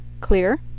clear